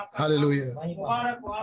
hallelujah